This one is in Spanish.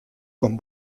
con